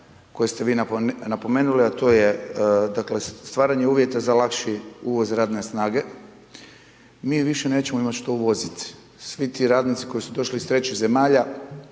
koja ste vi napomenuli, a to je dakle stvaranje uvjeta za lakši uvoz radne snage. Mi više nećemo imati što uvoziti. Svi ti radnici koji su došli iz trećih zemalja